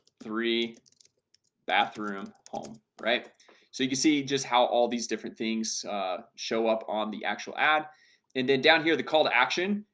three bathroom home, right so you can see just how all these different things show up on the actual ad and then down here the call to action.